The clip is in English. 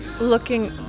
looking